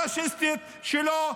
-- הפשיסטית שלו.